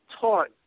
taught